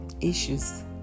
issues